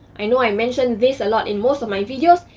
i know i mention this a lot in most of my videos,